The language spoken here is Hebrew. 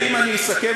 ואם אני אסכם,